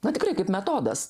na tikrai kaip metodas